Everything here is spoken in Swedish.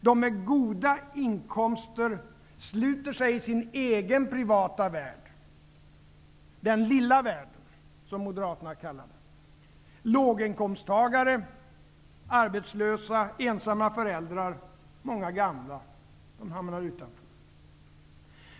De med goda inkomster sluter sig i sin egen privata värld -- ''den lilla världen'', som Moderaterna kallar den. Låginkomsttagare, arbetslösa, ensamma föräldrar och många gamla hamnar utanför.